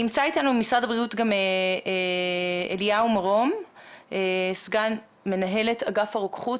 נמצא איתנו ממשרד הבריאות גם אליהו מרום סגן מנהלת אגף רוקחות.